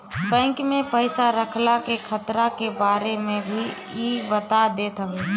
bank में पईसा रखला के खतरा के बारे में भी इ बता देत हवे